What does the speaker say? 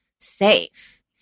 safe